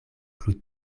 plu